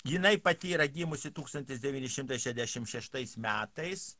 jinai pati yra gimusi tūkstantis devyni šimtai šedešim šeštais metais